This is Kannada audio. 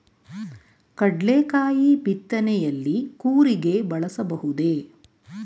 ಕಡ್ಲೆಕಾಯಿ ಬಿತ್ತನೆಯಲ್ಲಿ ಕೂರಿಗೆ ಬಳಸಬಹುದೇ?